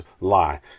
lie